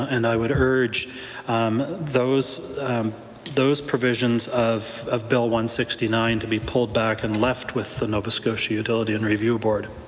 and i would urge those those provisions of of bill sixty nine to be pulled back and left with the nova scotia utility and review board.